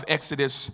Exodus